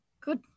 good